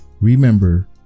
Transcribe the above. Remember